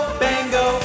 bingo